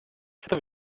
stato